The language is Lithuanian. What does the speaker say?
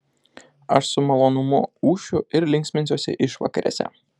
aš su malonumu ūšiu ir linksminsiuosi išvakarėse